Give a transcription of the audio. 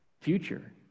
future